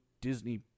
Disney